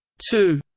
two